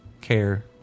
care